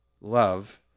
Love